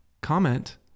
comment